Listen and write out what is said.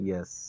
Yes